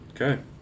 Okay